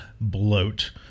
bloat